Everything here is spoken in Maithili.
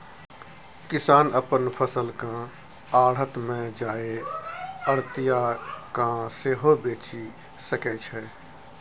किसान अपन फसल केँ आढ़त मे जाए आढ़तिया केँ सेहो बेचि सकै छै